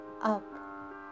up